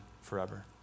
forever